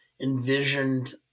envisioned